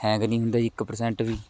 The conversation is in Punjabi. ਹੈਂਗ ਨਹੀਂ ਹੁੰਦਾ ਜੀ ਇੱਕ ਪ੍ਰਸੈਂਟ ਵੀ